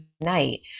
night